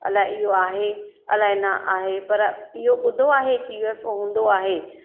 अलाए इहो आहे अलाए न आहे पर इहो ॿुधो आहे की यू एफ ओ हूंदो आहे